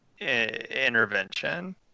intervention